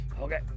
Okay